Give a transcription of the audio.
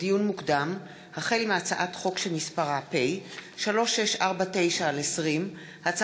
לדיון מוקדם: החל בהצעת חוק פ/3649/20 וכלה בהצעת חוק פ/3669/20,